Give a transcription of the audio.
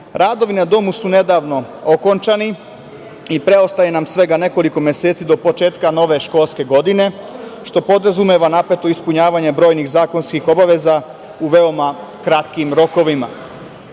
na domu su nedavno okončani i preostaje nam svega nekoliko meseci do početka nove školske godine, što podrazumeva napeto ispunjavanje brojnih zakonskih obaveza u veoma kratkim rokovima. Sportskim